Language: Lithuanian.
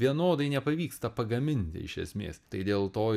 vienodai nepavyksta pagaminti iš esmės tai dėl to